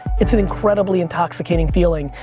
it's an incredibly intoxicating feeling.